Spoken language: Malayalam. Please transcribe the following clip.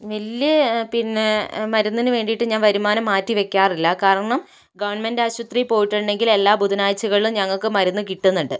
ബില്ല് പിന്നെ മരുന്നിനു വേണ്ടീട്ട് ഞാന് വരുമാനം മാറ്റി വെയ്ക്കാറില്ല കാരണം ഗവണ്മെന്റ് ആശുപത്രിയില് പോയിട്ടുണ്ടെങ്കില് എല്ലാ ബുധനാഴ്ചകളിലും ഞങ്ങള്ക്ക് മരുന്ന് കിട്ടുന്നുണ്ട്